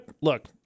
look